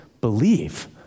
believe